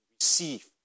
Receive